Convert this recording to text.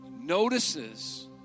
notices